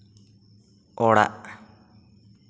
ᱚᱲᱟᱜ